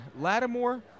Lattimore